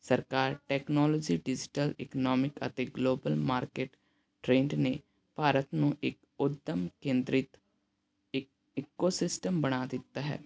ਸਰਕਾਰ technology digital economic ਅਤੇ global market trend ਨੇ ਭਾਰਤ ਨੂੰ ਇੱਕ ਉਦਮ ਕੇਂਦਰਿਤ ਈਕੋਸਿਸਟਮ ਬਣਾ ਦਿੱਤਾ ਹੈ